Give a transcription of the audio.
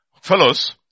fellows